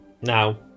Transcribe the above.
Now